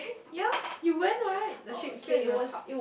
ya you went right the shakespeare-in-the-park